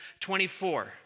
24